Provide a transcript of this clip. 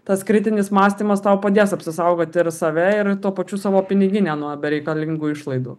tas kritinis mąstymas tau padės apsisaugoti ir save ir tuo pačiu savo piniginę nuo bereikalingų išlaidų